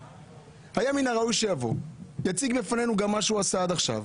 מין הראוי היה שיבוא ויציג בפנינו את מה שעשה עד עכשיו,